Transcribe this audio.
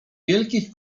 wielkich